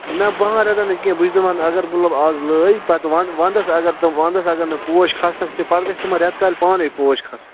نہَ باہن رۄپین نہٕ کیٚنٛہہ بہٕ چھُس دَپان اگر مطلب اَز لٲگۍ پتہٕ ونٛدس ونٛدس اگر تِم ونٛدس اگر نہٕ پوش کھسنَس تہٕ پتہٕ گَژھِ تِمن رٮ۪تہٕ کالہِ پانے پوش کھسٕنۍ